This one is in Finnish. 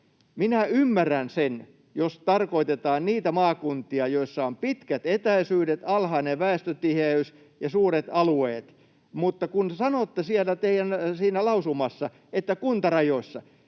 Minä ymmärrän sen, jos tarkoitetaan niitä maakuntia, joissa on pitkät etäisyydet, alhainen väestötiheys ja suuret alueet, mutta kun sanotte siinä teidän lausumassanne, että kuntatasolla,